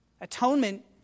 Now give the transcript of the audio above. Atonement